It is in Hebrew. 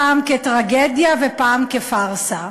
פעם כטרגדיה ופעם כפארסה,